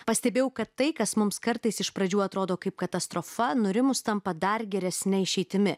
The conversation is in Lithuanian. pastebėjau kad tai kas mums kartais iš pradžių atrodo kaip katastrofa nurimus tampa dar geresne išeitimi